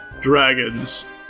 dragons